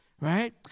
Right